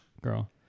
girl